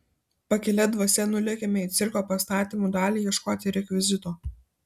pakilia dvasia nulėkėme į cirko pastatymų dalį ieškoti rekvizito